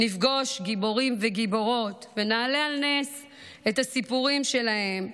נפגוש גיבורים וגיבורות ונעלה על נס את הסיפורים שלהם,